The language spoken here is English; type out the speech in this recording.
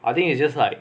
I think it's just like